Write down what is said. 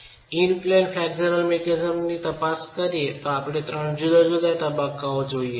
in plane flexural મિકેનિઝમની તપાસ શરૂ કરીએ તો આપણે ત્રણ જુદા જુદા તબક્કાઓ જોઈએ છીએ